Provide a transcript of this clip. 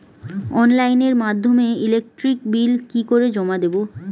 অনলাইনের মাধ্যমে electric bill কি করে জমা দেবো?